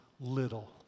little